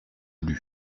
lus